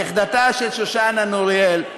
נכדתה של שושנה נוריאל,